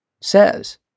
says